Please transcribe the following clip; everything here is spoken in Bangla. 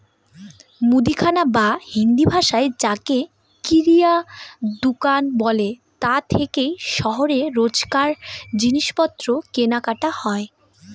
মুদিখানা বা হিন্দিভাষায় যাকে কিরায়া দুকান বলে তা থেকেই শহরে রোজকার জিনিসপত্র কেনাকাটা হয়